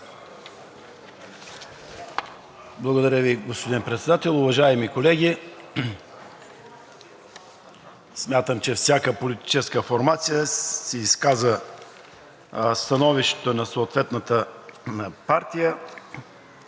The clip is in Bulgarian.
Благодаря Ви, господин Председател. Уважаеми колеги, смятам, че всяка политическа формация си изказа становището на съответната партия.